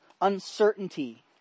uncertainty